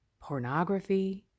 pornography